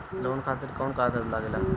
Loan खातिर कौन कागज लागेला?